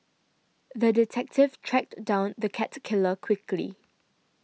the detective tracked down the cat killer quickly